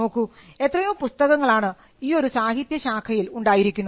നോക്കൂ എത്രയോ പുസ്തകങ്ങളാണ് ഈയൊരു സാഹിത്യശാഖയിൽ ഉണ്ടായിരിക്കുന്നത്